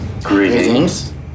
Greetings